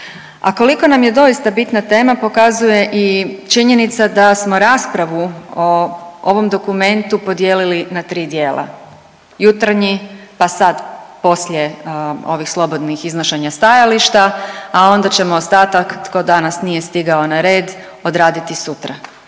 A koliko nam je doista bitna tema pokazuje i činjenica da smo raspravu o ovom dokumentu podijelili na tri dijela. Jutarnji, pa sad poslije ovih slobodnih iznošenja stajališta, a onda ćemo ostatak tko danas nije stigao na red odraditi sutra